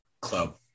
club